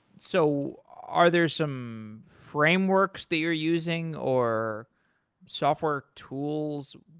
so are there some frameworks that you're using or software tools?